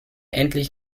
endlich